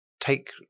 take